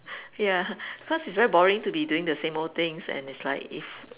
ya because it's very boring to be doing the same old things and it's like